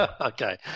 Okay